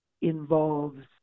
involves